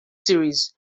series